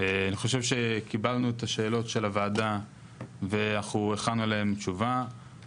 אני חושב שקיבלנו את השאלות של הוועדה ואנחנו הכנו עליהן תשובה,